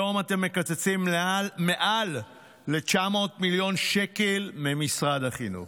היום אתם מקצצים מעל 900 מיליון שקל ממשרד החינוך.